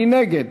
מי נגד?